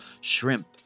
shrimp